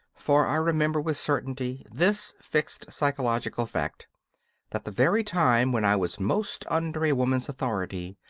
for i remember with certainty this fixed psychological fact that the very time when i was most under a woman's authority,